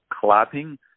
clapping